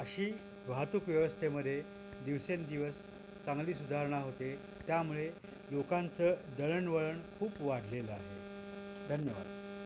अशी वाहतूक व्यवस्थेमध्ये दिवसेंदिवस चांगली सुधारणा होते त्यामुळे लोकांचं दळणवळण खूप वाढलेलं आहे धन्यवाद